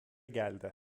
geldi